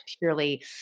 purely